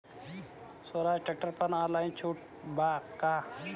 सोहराज tractor पर online छूट बा का?